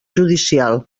judicial